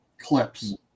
Clips